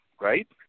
right